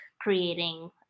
creating